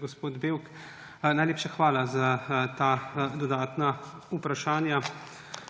Gospod Bevk, najlepša hvala za ta dodatna vprašanja.